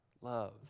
love